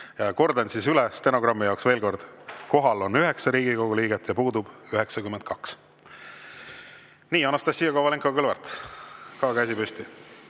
Kordan üle stenogrammi jaoks veel kord: kohal on 9 Riigikogu liiget ja puudub 92. Nii. Anastassia Kovalenko-Kõlvart, ka käsi püsti.